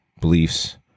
Beliefs